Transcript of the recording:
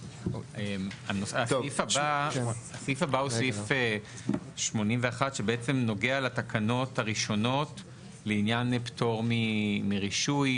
הסעיף הבא הוא סעיף 81 שבעצם נוגע לתקנות הראשונות לעניין פטור מרישוי,